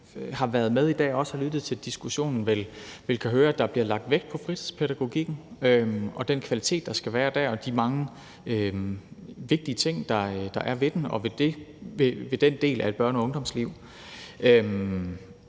og har lyttet til diskussionen, kan høre, at der bliver lagt vægt på fritidspædagogikken og den kvalitet, der skal være der, og på de mange vigtige ting, der er ved den del af børne- og ungdomslivet.